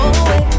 away